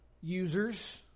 users